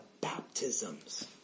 baptisms